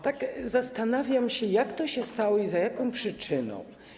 Tak zastanawiam się, jak to się stało i za jaką przyczyną.